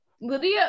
Lydia